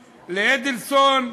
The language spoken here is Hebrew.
לאדלסון,